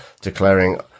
declaring